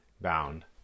bound